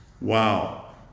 Wow